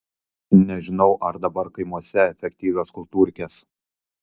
nežinau ar dabar kaimuose efektyvios kultūrkės